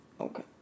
okay